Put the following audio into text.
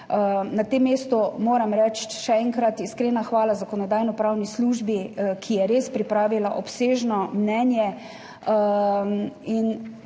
na tem mestu moram reči, še enkrat iskrena hvala Zakonodajno-pravni službi, ki je res pripravila obsežno mnenje in